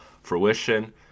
fruition